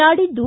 ನಾಡಿದ್ದು